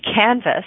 canvas